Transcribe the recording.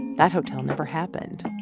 that hotel never happened.